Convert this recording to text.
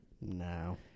No